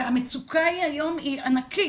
והמצוקה היום היא ענקית.